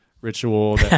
ritual